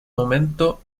momento